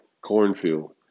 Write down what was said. cornfield